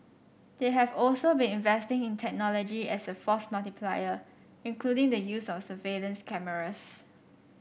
they have also been investing in technology as a force multiplier including the use of surveillance cameras